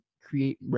create